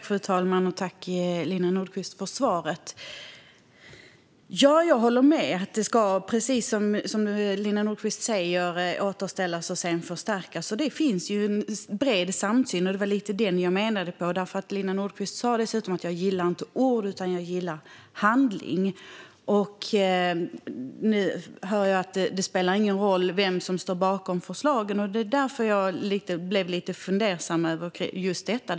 Fru talman! Tack, Lina Nordquist, för svaret! Jag håller med om att friheten, precis som Lina Nordquist säger, först ska återställas och sedan förstärkas. Det finns en bred samsyn om detta, och det var den jag syftade på. Lina Nordquist sa dessutom att hon inte gillar ord utan att hon gillar handling. Nu hör jag att det inte spelar någon roll vem som står bakom förslagen, och det är därför jag blir lite fundersam över detta.